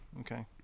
okay